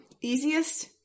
easiest